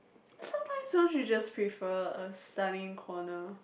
sometimes don't you just prefer a studying corner